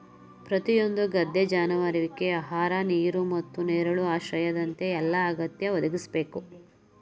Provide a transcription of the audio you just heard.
ಪ್ರತಿಯೊಂದು ಗದ್ದೆ ಜಾನುವಾರುವಿಗೆ ಆಹಾರ ನೀರು ಮತ್ತು ನೆರಳು ಆಶ್ರಯದಂತ ಎಲ್ಲಾ ಅಗತ್ಯ ಒದಗಿಸ್ಬೇಕು